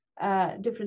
Different